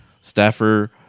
staffer